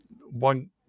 one